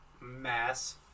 mass